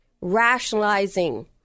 rationalizing